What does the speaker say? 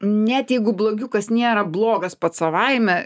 net jeigu blogiukas nėra blogas pats savaime